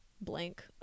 blank